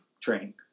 training